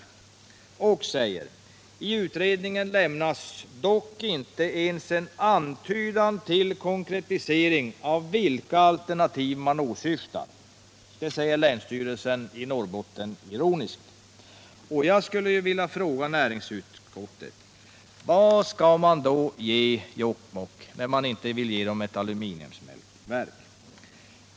I utredningen lämnas dock inte ens en antydan till konkretisering av vilka alternativ man åsyftar”, säger länsstyrelsen i Norrbotten ironiskt. Jag skulle vilja fråga näringsutskottets företrädare: Vad skall man då ge människor i Jokkmokk när man inte vill ge dem ett aluminiumsmältverk?